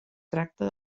tracta